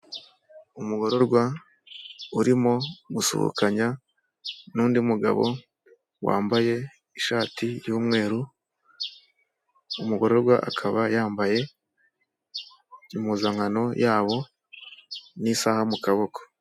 Umugororwa urimo gusuhukanya n'undi mugabo wambaye ishati y'umweru, umugororwa akaba yambaye impuzankano yabo n'isaha mu kaboko.